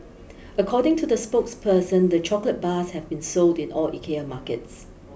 according to the spokesperson the chocolate bars have been sold in all Ikea markets